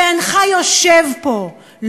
שאינך יושב פה,